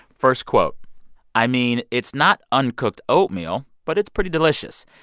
first quote i mean, it's not uncooked oatmeal, but it's pretty delicious.